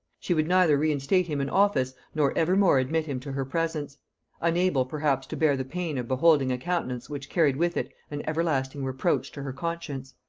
she would neither reinstate him in office nor ever more admit him to her presence unable perhaps to bear the pain of beholding a countenance which carried with it an everlasting reproach to her conscience.